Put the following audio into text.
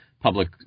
public